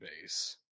base